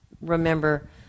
remember